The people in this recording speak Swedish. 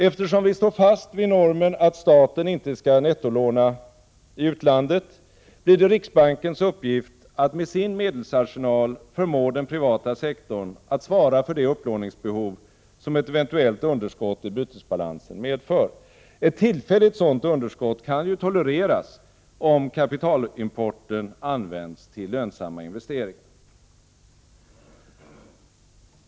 Eftersom vi står fast vid normen att staten inte skall nettolåna i utlandet, blir det riksbankens uppgift att med sin medelsarsenal förmå den privata sektorn att svara för det upplåningsbehov som ett eventuellt underskott i bytesbalansen medför. Ett tillfälligt sådant underskott kan ju tolereras, om kapitalimporten används till lönsamma investeringar.